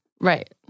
Right